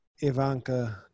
Ivanka